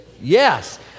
Yes